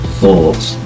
thoughts